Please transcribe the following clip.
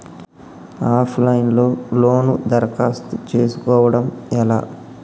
Of line లో loan దరఖాస్తు చేసుకోవడం ఎలా?